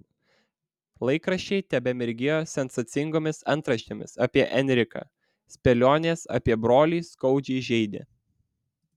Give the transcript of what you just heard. laikraščiai tebemirgėjo sensacingomis antraštėmis apie enriką spėlionės apie brolį skaudžiai žeidė